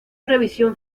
revisión